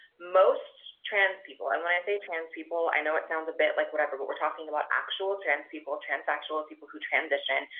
most trans people, and when i say trans people, i know it sounds a bit like whatever, but we're talking about actual trans people, transsexuals, people who transition.